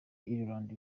ireland